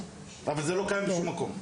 אבל זה לא קיים בשום מקום.